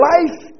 Life